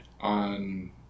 on